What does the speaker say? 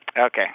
Okay